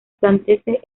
platense